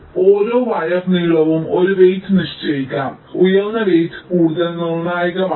അതിനാൽ ഓരോ വയർ നീളവും ഒരു വെയ്റ് നിശ്ചയിക്കാം അതിനാൽ ഉയർന്ന വെയ്റ് കൂടുതൽ നിർണായകമാണ്